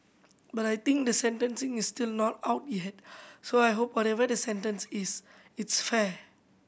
but I think the sentencing is still not out yet so I hope whatever the sentence is it's fair